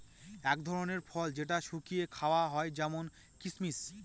এক ধরনের ফল যেটা শুকিয়ে খাওয়া হয় যেমন কিসমিস